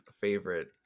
favorite